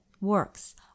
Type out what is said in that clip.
works